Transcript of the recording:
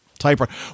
typewriter